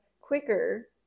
quicker